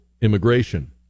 immigration